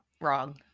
wrong